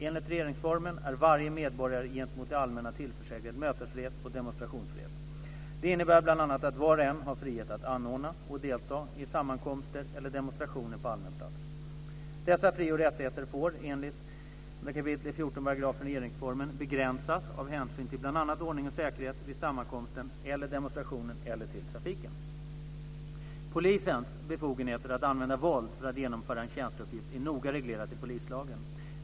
Enligt regeringsformen är varje medborgare gentemot det allmänna tillförsäkrad mötesfrihet och demonstrationsfrihet . Det innebär bl.a. att var och en har frihet att anordna och delta i sammankomster eller demonstationer på allmän plats. Dessa fri och rättigheter får enligt 2 kap. 14 § regeringsformen begränsas av hänsyn till bl.a. ordning och säkerhet vid sammankomsten eller demonstrationen eller till trafiken. Polisens befogenheter att använda våld för att genomföra en tjänsteuppgift är noga reglerat i polislagen.